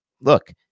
look